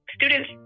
students